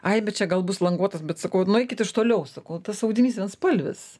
ai bet čia gal bus languotas bet sakau nueikit iš toliau sakau tas audinys vienspalvis